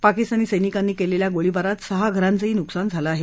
पाकिस्तानी सैनिकांनी केलेल्या गोळीबारात सहा घरांचही नुकसान झालं आहे